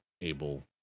able